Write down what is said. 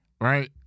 right